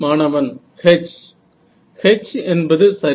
மாணவன் H H என்பது சரி